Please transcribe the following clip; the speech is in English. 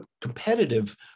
competitive